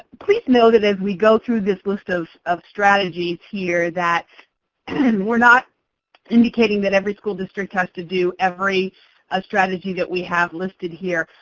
please know that as we go through this list of of strategies here that and we're not indicating that every school district has to do every ah strategy that we have listed here.